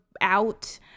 out